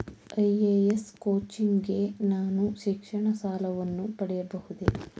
IAS coaching ಗೆ ನಾನು ಶಿಕ್ಷಣ ಸಾಲವನ್ನು ಪಡೆಯಬಹುದೇ?